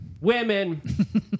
Women